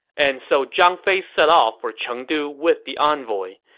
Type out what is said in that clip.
and so zhang fei set off for chengdu with the envoy.